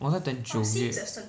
我在等九月